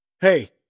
Hey